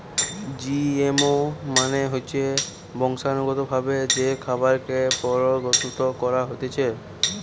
GMO মানে হতিছে বংশানুগতভাবে যে খাবারকে পরিণত করা হতিছে